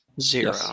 zero